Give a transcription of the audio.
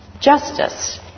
justice